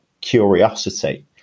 curiosity